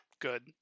good